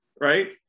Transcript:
right